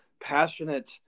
passionate